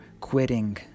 quitting